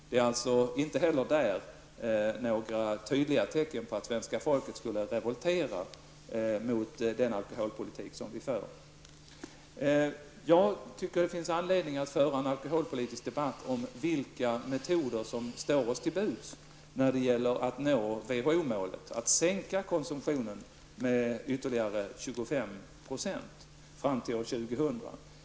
Det är alltså inte heller där några tydliga tecken på att svenska folket skulle revoltera mot den alkoholpolitik som vi för. Jag tycker att det finns anledning att föra en alkoholpolitisk debatt om vilka metoder som står oss till buds när det gäller att nå WHO-målet, att sänka konsumtionen med ytterligare 25 % fram till år 2000.